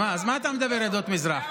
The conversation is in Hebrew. אז מה אתה מדבר על עדות המזרח?